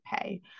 pay